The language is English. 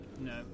no